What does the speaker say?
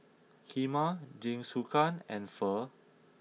Kheema Jingisukan and Pho